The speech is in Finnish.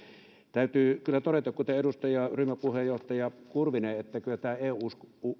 täytyy kyllä todeta kuten edustaja ryhmäpuheenjohtaja kurvinen että kyllä tätä eu